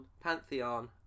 Pantheon